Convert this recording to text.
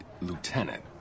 Lieutenant